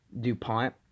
DuPont